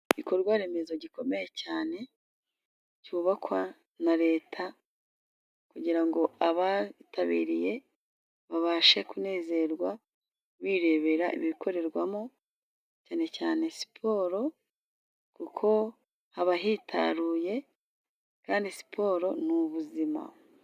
Igikorwa remezo gikomeye cyane cyubakwa na Leta kugira ngo abitabiriye babashe kunezerwa birebera ibikorerwamo cyane cyane siporo kuko haba hitaruye kandi siporo ni ubuzima.